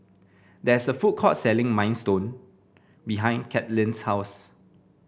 there is a food court selling Minestrone behind Cathleen's house